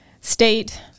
state